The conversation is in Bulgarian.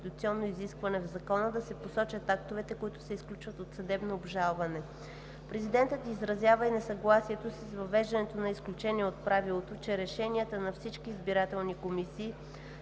Президентът изразява и несъгласието си с въвеждането на изключение от правилото, че решенията на всички избирателни комисии